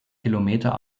kilometern